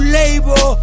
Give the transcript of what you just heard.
label